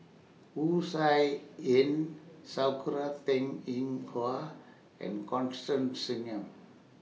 Wu Tsai Yen Sakura Teng Ying Hua and Constance Singam